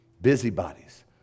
busybodies